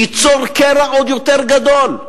ליצור קרע עוד יותר גדול.